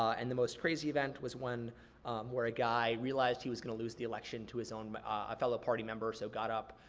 and the most crazy event was when where a guy realized he was gonna lose the election to his own ah fellow party member, so got up,